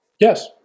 Yes